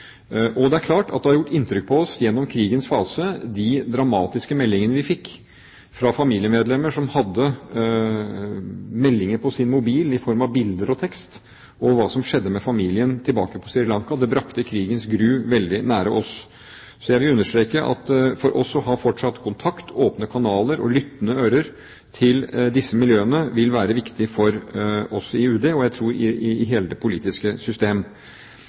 det er klart at de dramatiske meldingene vi fikk fra familiemedlemmer som hadde beskjeder på sin mobil i form av bilder og tekst om hva som skjedde med familien tilbake på Sri Lanka, har gjort inntrykk på oss gjennom krigens faser. Det brakte krigens gru veldig nær oss. Så jeg vil understreke at fortsatt å ha kontakt med og åpne kanaler og lyttende ører til disse miljøene vil være viktig for oss i UD og, tror jeg, i hele det politiske system.